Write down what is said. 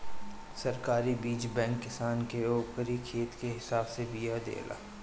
सरकारी बीज बैंक किसान के ओकरी खेत के हिसाब से बिया देला